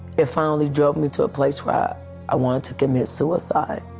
it finally drove me to a place where i wanted to commit suicide.